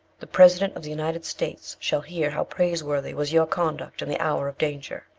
the president of the united states shall hear how praiseworthy was your conduct in the hour of danger,